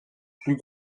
plus